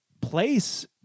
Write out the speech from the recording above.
place